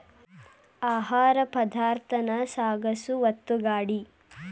ಆಹಾರ ಪದಾರ್ಥಾನ ಸಾಗಸು ಒತ್ತುಗಾಡಿ